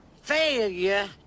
failure